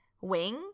wing